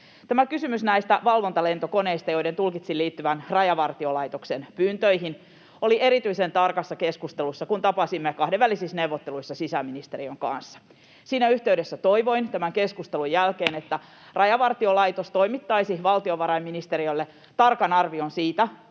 Kysymys näistä valvontalentokoneista, joiden tulkitsin liittyvän Rajavartiolaitoksen pyyntöihin, oli erityisen tarkassa keskustelussa, kun tapasimme kahdenvälisissä neuvotteluissa sisäministeriön kanssa. Siinä yhteydessä toivoin tämän keskustelun jälkeen, että Rajavartiolaitos toimittaisi valtiovarainministeriölle tarkan arvion siitä,